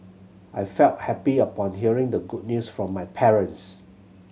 I felt happy upon hearing the good news from my parents